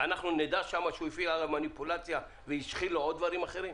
אנחנו נדע שם שהוא הפעיל עליו מניפולציה והשחיל לו עוד דברים אחרים?